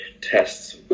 tests